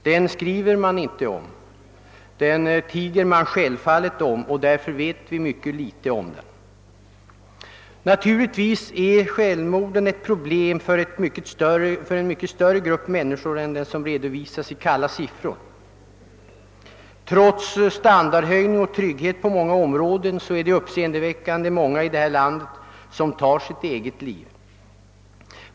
Den skriver man inte om, utan tiger självfallet om den. Därför vet vi mycket litet om den. Naturligtvis är självmorden ett problem för en mycket större grupp människor än den som redovisas i kalla siffror. Trots standardhöjning och ökad trygghet på många områden är det uppseendeväckande många i vårt land som tar sitt eget liv.